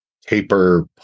taper